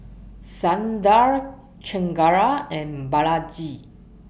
Sundar Chengara and Balaji